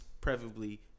preferably